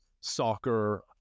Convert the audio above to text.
soccer